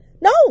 No